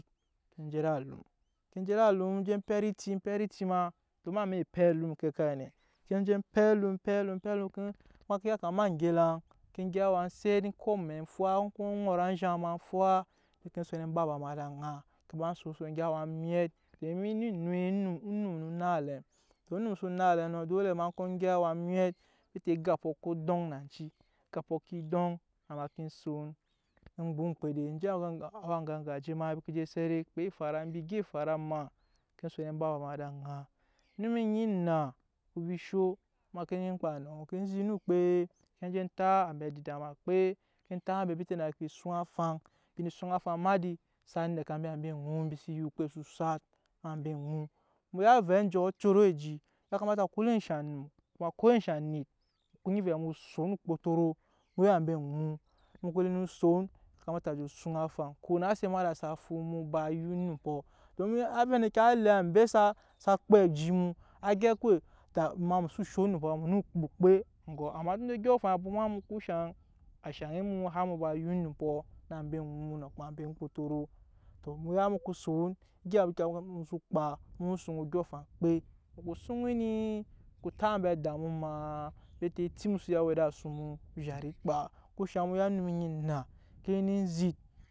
Ke je ed'alum, ke je ed'alum enje pɛt eti pɛt eti ma tɔ em'amɛk epɛi alum ke okai nɛ son je pɛi alum pɛi alum ma ke yakama ma go elaŋ ke gyɛp awa eset egyɛp amɛ efwa eko ŋɔt anzhaŋ ma fwa ne ke son eba eba ma ed'aŋa ke ba so oso egyɛp awa emwɛt domin eme ennui onum no naŋ elɛm tɔ onum so naŋ elɛɛ nɔ dole ma ke gyɛp awa emwɛt bete egapɔ ko doŋ nanci egapɔ ke doŋ na ma son ma gba oŋmkpede ma je awa gaje ma embi ke je set kpa efara mbi mbi gya efara mbi maa ke son eba ba ma ed'aŋa, onum onyi enna o vii sho ma ke neen kpa enɔ ke zit no okpe ke je tap ambe adida ma okpe ke tap mbe bete na ka je suŋ afaŋ embi neen suŋ afaŋ emadi sa nɛka ambe eŋuɔ mbi se ya okpe so sat em'ambe eŋu mu ya avɛ enjɔ á coro eji yakamata ko enshɛ onum ko enshɛ onetmu o nyi vɛɛ mu son okpotoro mu ya ambe eŋu mu ko li son yakamata mu je suŋ afaŋ konase emada sa fu ba ya onumpɔ don mu ya avɛ endeke á le ambe sa kpɛ aji mu á gyɛp kawai da ma mu xso sho onumpɔ ma mu no kpo okpe egɔ amaa tunda odyɔ afaŋ bwoma mu eŋke shaŋ a shari mu har mu ba ya onumpɔ na ambe eŋu á kpa embe okpotoro tɔ mu ya mu ko son egya mu soo kpa mu suŋ odyɔŋ afaŋ okpe mu ko suŋ ni ko tap ambe ada mu maa bete eti mu so ya e we ed'asu mu ozhat ekpa ɛnke shaŋ mu ya onum onyi enna ke ne zit.